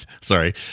sorry